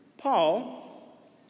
Paul